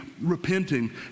repenting